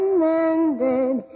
mended